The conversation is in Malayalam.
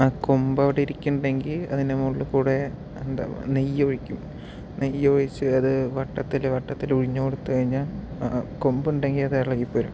ആ കൊമ്പ് അവിടെ ഇരിക്കുന്നുണ്ടെങ്കിൽ അതിന്റെ മുകളിൽ കൂടെ എന്താ നെയ്യ് ഒഴിക്കും നെയ്യ് ഒഴിച്ച് അത് വട്ടത്തിൽ വട്ടത്തിൽ ഉഴിഞ്ഞു കൊടുത്തു കഴിഞ്ഞാൽ ആ കൊമ്പുണ്ടെങ്കിൽ ഇളകിപ്പോരും